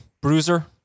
bruiser